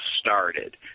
started